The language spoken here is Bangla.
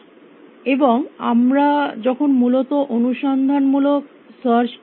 এবং আমরা যখন মূলত অনুসন্ধানমূলক সার্চ টি দেখব